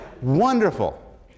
wonderful